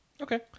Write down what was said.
Okay